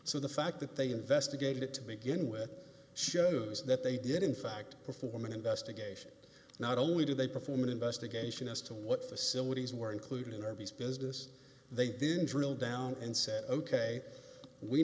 so the fact that they investigated it to begin with shows that they did in fact perform an investigation not only do they perform an investigation as to what facilities were included in our business they didn't drill down and said ok we